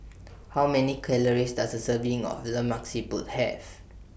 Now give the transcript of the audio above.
How Many Calories Does A Serving of Lemak Siput Have